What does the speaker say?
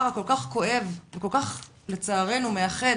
הכל כך כואב והכל כך לצערנו מאחד את